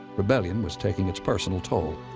rebellion was taking its personal toll.